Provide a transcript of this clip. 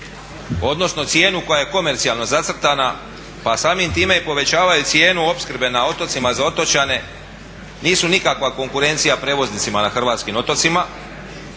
odnosno cijenu koja je komercijalno zacrtana pa samim time i povećavaju cijenu opskrbe na otocima za otočane nisu nikakva konkurencija prijevoznicima na hrvatskim otocima.